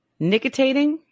nicotating